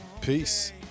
peace